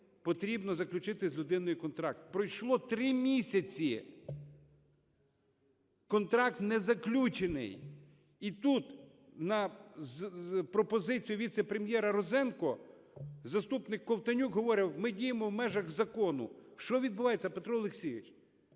потрібно заключити з людиною контракт. Пройшло 3 місяці, контракт не заключений. І тут, на пропозицію віце-прем'єра Розенка заступник Ковтонюк говорить, ми діємо в межах закону. Що відбувається, Петро Олексійович?